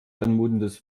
anmutendes